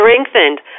strengthened